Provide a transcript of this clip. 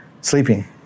sleeping